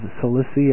Cilicia